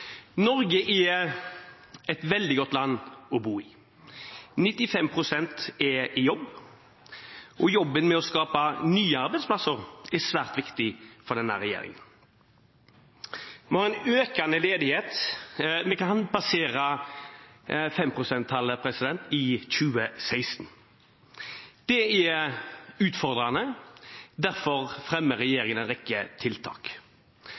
Norge er et veldig godt land å bo i. 95 pst. er i jobb, og jobben med å skape nye arbeidsplasser er svært viktig for denne regjeringen. Vi har en økende ledighet, vi kan passere 5 pst. i 2016. Det er utfordrende. Derfor fremmer regjeringen en rekke tiltak.